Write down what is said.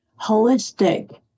holistic